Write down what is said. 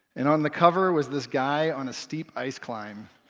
and on the cover was this guy on a steep ice climb,